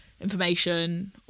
Information